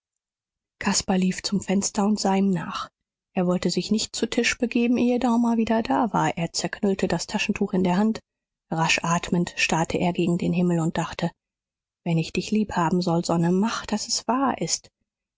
lief zum fenster und sah ihm nach er wollte sich nicht zu tisch begeben ehe daumer wieder da war er zerknüllte das taschentuch in der hand rasch atmend starrte er gegen den himmel und dachte wenn ich dich liebhaben soll sonne mach daß es wahr ist